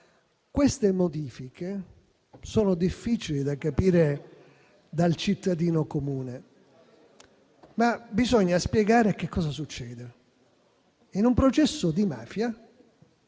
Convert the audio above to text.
Queste modifiche sono difficili da capire per il cittadino comune, ma bisogna spiegare che cosa succede. In un processo di mafia,